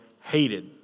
hated